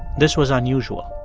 this was unusual.